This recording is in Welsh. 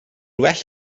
well